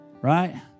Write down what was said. Right